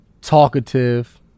talkative